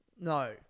No